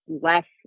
less